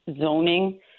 zoning